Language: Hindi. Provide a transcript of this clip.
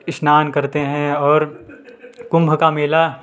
स्नान करते है और कुम्भ का मेला